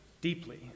deeply